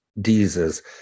dieses